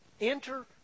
Enter